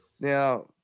Now